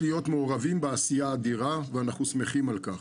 להיות מעורבים בעשייה האדירה ואנחנו שמחים על כך.